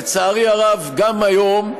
לצערי הרב, גם היום,